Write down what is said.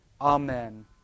Amen